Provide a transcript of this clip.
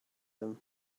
him